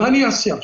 מה אעשה עכשיו?